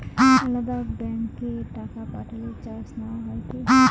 আলাদা ব্যাংকে টাকা পাঠালে চার্জ নেওয়া হয় কি?